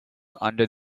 under